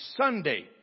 Sunday